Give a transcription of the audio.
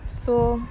so